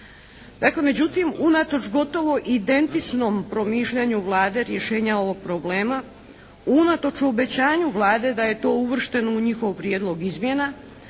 Dakle međutim unatoč gotovo identičnom promišljanju Vlade rješenja ovog problema, unatoč obećanju Vlade da je to uvršteno u njihov prijedlog izmjena,